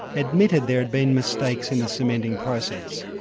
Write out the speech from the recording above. admitted there had been mistakes in the cementing process.